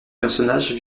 personnages